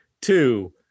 two